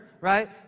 right